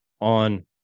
on